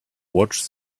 watch